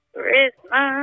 Christmas